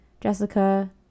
Jessica